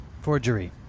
Forgery